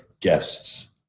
guests